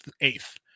eighth